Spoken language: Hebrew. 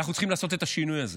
אנחנו צריכים לעשות את השינוי הזה.